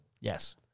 Yes